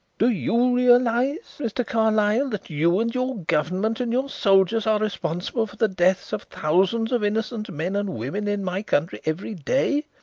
do you realize, mr. carlyle, that you and your government and your soldiers are responsible for the death of thousands of innocent men and women in my country every day?